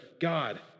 God